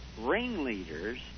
ringleaders